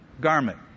garment